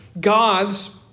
God's